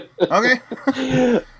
Okay